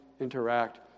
interact